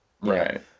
Right